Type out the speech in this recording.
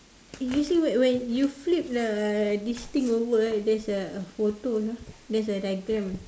eh you see when when you flip the this thing over ah there is a photo you know there's a diagram